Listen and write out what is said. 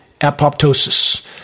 apoptosis